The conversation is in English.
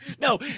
No